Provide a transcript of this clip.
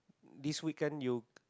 this weekend you